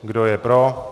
Kdo je pro.